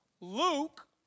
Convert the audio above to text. Luke